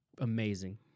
amazing